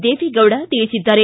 ದೇವೇಗೌಡ ತಿಳಿಸಿದ್ದಾರೆ